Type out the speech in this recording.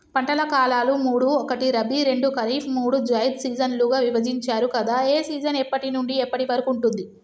పంటల కాలాలు మూడు ఒకటి రబీ రెండు ఖరీఫ్ మూడు జైద్ సీజన్లుగా విభజించారు కదా ఏ సీజన్ ఎప్పటి నుండి ఎప్పటి వరకు ఉంటుంది?